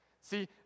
See